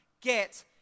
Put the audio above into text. get